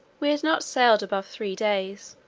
we had not sailed above three days,